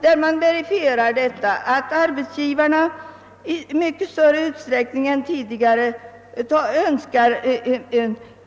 Där verifierade man att arbetsgivarna i mycket större utsträckning än tidigare efterfrågar